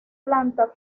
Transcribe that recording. planta